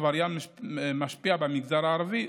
עבריין משפיע במגזר הערבי,